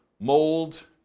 mold